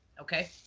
Okay